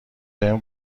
بهم